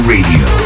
Radio